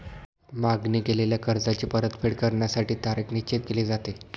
मागणी केलेल्या कर्जाची परतफेड करण्यासाठी तारीख निश्चित केली जाते